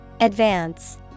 Advance